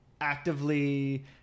actively